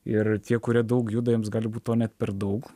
ir tie kurie daug juda jiems gali būt to net per daug